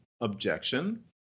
objection